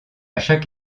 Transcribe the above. chaque